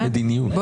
אני